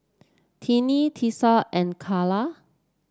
Tinie Tessa and Calla